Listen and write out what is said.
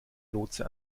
lotse